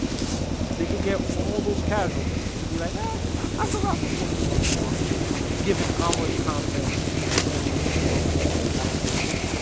you know if they could get all those casuals to be like ah i could rock with fourteen bucks a month given how much content you show me, you know on the application